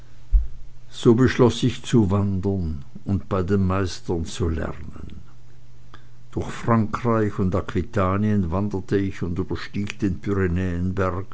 so beschloß ich zu wandern und bei den meistern zu lernen durch frankreich und aquitanien wanderte ich und überstieg den